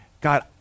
God